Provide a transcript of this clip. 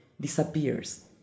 disappears